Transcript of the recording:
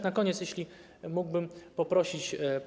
Na koniec, jeśli mógłbym poprosić.